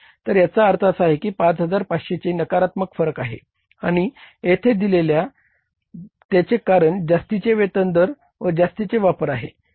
तर याचा अर्थ असा की 5500 चे नकारात्मक फरक आहेत आणि येथे दिलेले त्याचे कारण जास्तीचे वेतन दर व जास्तीचे वापर आहे